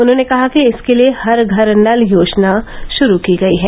उन्होंने कहा कि इसके लिए हर घर नल योजना शुरू की गयी है